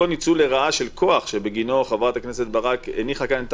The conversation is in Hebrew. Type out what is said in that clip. לא נשכח שיש כלי מצוין בבתי המשפט לענייני משפחה עוד בטרם אתה